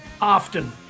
often